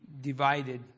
divided